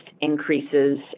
increases